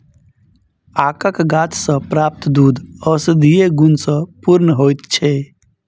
आकक गाछ सॅ प्राप्त दूध औषधीय गुण सॅ पूर्ण होइत छै